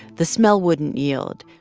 the smell wouldn't yield.